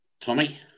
Tommy